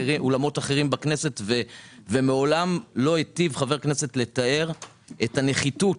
בכנסת ומעולם לא היטיב חבר כנסת לתאר את הנחיתות